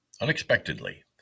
unexpectedly